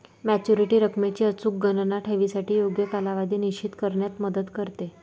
maturity रकमेची अचूक गणना ठेवीसाठी योग्य कालावधी निश्चित करण्यात मदत करते